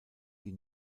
die